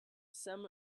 some